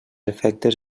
efectes